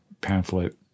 pamphlet